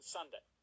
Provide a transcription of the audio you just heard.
Sunday